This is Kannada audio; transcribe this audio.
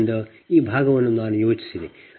ಆದ್ದರಿಂದ ಆ ಭಾಗವನ್ನು ನಾನು ಯೋಚಿಸಿದೆ